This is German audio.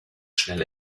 schnell